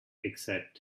except